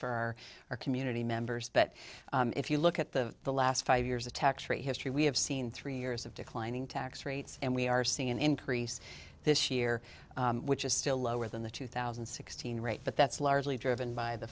for our community members but if you look at the the last five years of tax free history we have seen three years of declining tax rates and we are seeing an increase this year which is still lower than the two thousand and sixteen rate but that's largely driven by the